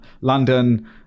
london